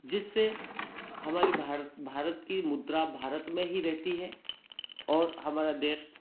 जिससे हमारी भार भारत की मुद्रा भारत में ही रहती है और हमारा देश